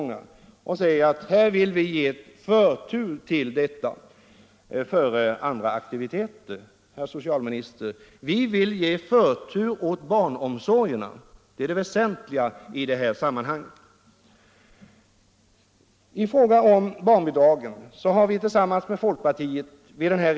Han sade att här vill vi ge förtur åt vad vi föreslagit före andra aktiviteter.